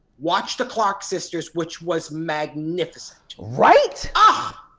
watched the clark sisters, which was magnificent. right? ah,